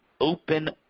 open